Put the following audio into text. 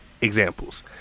examples